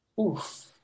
Oof